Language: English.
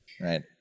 right